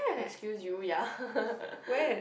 excuse you ya